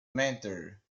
mentor